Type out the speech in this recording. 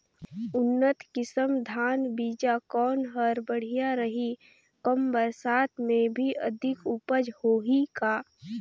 उन्नत किसम धान बीजा कौन हर बढ़िया रही? कम बरसात मे भी अधिक उपज होही का?